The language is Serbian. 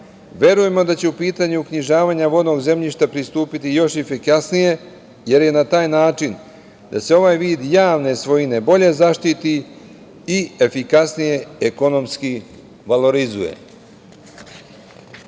Verujemo da će u pitanju uknjižavanja vodnog zemljišta pristupiti još efikasnije, jer je na taj način da se ovaj vid javne svojine bolje zaštiti i efikasnije ekonomski valorizuje. Kada